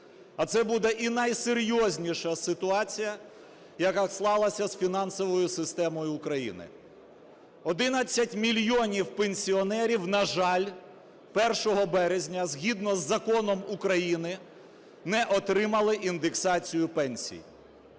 а це буде і найсерйозніша ситуація, яка склалася з фінансовою системою України. 11 мільйонів пенсіонерів, на жаль, 1 березня згідно з законом України не отримали індексацію пенсій.